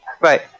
right